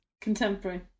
Contemporary